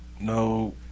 No